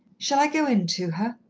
shall i go in to her?